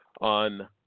on